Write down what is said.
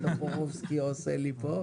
טופורובסקי עושה לי פה.